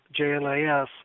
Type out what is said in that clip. JNIS